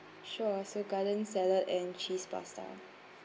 sure so garden salad and cheese pasta